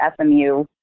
SMU